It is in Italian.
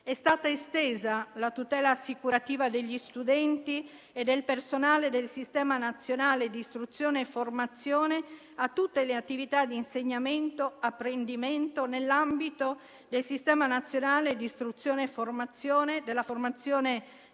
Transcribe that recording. È stata estesa la tutela assicurativa degli studenti e del personale del sistema nazionale di istruzione e formazione a tutte le attività di insegnamento e apprendimento nell'ambito del sistema nazionale di istruzione e formazione, della formazione